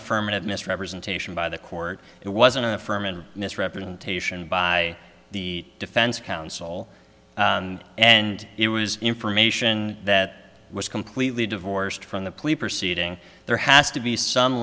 affirmative misrepresentation by the court it was an affirmative misrepresentation by the defense counsel and it was information that was completely divorced from the plea proceeding there has to be some